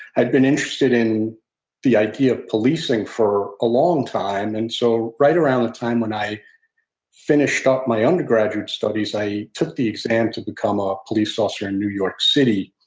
i'd been interested in the idea of policing for a long time, and so right around the time when i finished up my undergraduate studies i took the exam to become a police officer in new york city.